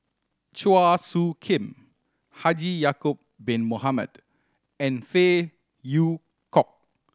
Chua Soo Khim Haji Ya'acob Bin Mohamed and Phey Yew Kok